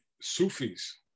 Sufis